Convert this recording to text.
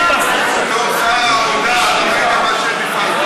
תודה רבה על הציון,